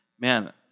man